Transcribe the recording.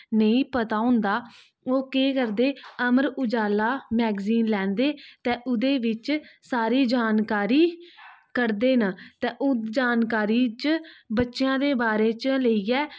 नेईंं पता होंदा ओह् केह् करदे अमर उजाला मैगजीन लैंदे ते ओह्दे बिच्च सारी जानकारी कढदे न ते ओह् जानकारी च बच्चेआं दे बारे च लेइयै